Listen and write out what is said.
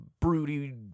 broody